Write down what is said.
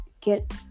get